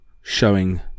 showing